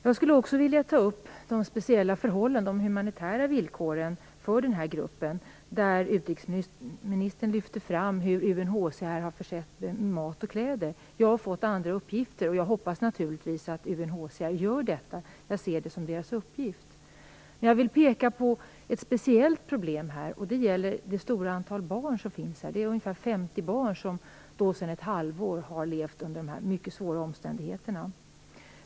Jag skulle också vilja ta upp de humanitära villkoren för den här gruppen, där utrikesministern lyfte fram att UNHCR har försett dem med mat och kläder. Jag har fått andra uppgifter, men jag hoppas naturligtvis att UNHCR gör detta - jag ser det som deras uppgift. Jag vill peka på ett speciellt problem, och det gäller det stora antalet barn som finns här. Det är ungefär 50 barn som sedan ett halvår tillbaka har levt under dessa mycket svåra omständigheter.